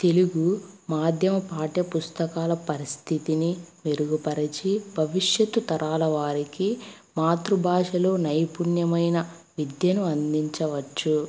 తెలుగు మాధ్యమ పాఠ్య పుస్తకాల పరిస్థితిని మెరుగుపరిచి భవిష్యత్తు తరాల వారికి మాతృభాషలో నైపుణ్యమైన విద్యను అందించవచ్చు